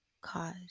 cause